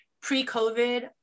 pre-COVID